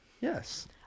Yes